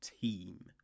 team